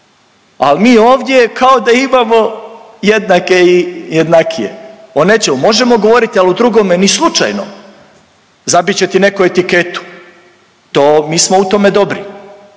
a mi ovdje kao da imamo jednake i jednakije. O nečemu možemo govoriti, al o drugome ni slučajno zabit će ti neko etiketu, to, mi smo u tome dobri.